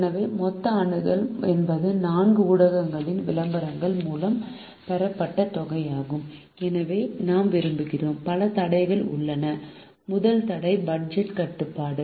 எனவே மொத்த அணுகல் என்பது 4 ஊடகங்களில் விளம்பரங்கள் மூலம் பெறப்பட்ட தொகையாகும் எனவே நாம் விரும்புகிறோம் பல தடைகள் உள்ளன முதல் தடை பட்ஜெட் கட்டுப்பாடு